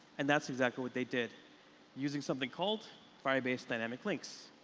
and that's exactly what they did using something called firebase dynamic links.